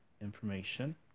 information